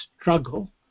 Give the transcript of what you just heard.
struggle